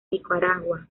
nicaragua